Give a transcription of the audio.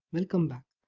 welcome back.